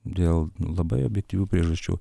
dėl labai objektyvių priežasčių